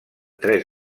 tres